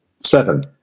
Seven